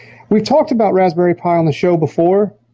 we talked about raspberry pi on the show before,